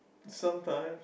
sometimes